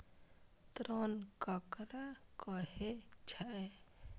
ऋण ककरा कहे छै?